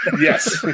Yes